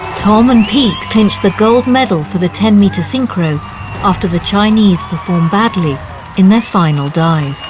tom and pete clinch the gold medal for the ten metre synchro after the chinese perform badly in their final dive.